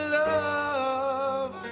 love